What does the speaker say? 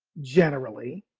generally.